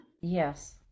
Yes